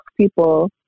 people